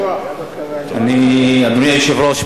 אדוני היושב-ראש,